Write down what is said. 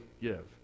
give